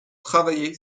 travaillé